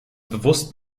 bewusst